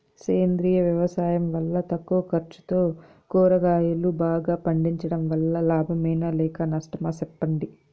సేంద్రియ వ్యవసాయం వల్ల తక్కువ ఖర్చుతో కూరగాయలు బాగా పండించడం వల్ల లాభమేనా లేక నష్టమా సెప్పండి